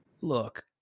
look